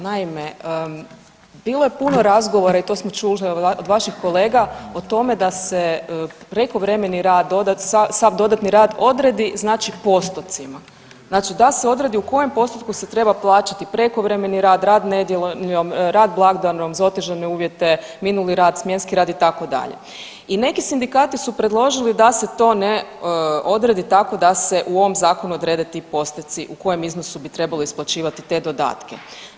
Naime, bilo je puno razgovora i to smo čuli od vaših kolega o tome da se prekovremeni rad, sav dodatni rad odredi znači postocima, znači da se odredi u kojem postotku se treba plaćati prekovremeni rad, rad nedjeljom, rad blagdanom, za otežane uvjete, minuli rad, smjenski rad itd. i neki sindikati su predložili da se to ne odredi tako da se u ovom zakonu odrede ti postoci u kojem iznosu bi trebalo isplaćivati te dodatke.